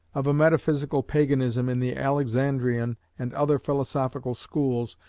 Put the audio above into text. of a metaphysical paganism in the alexandrian and other philosophical schools,